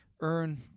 earn